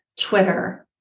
Twitter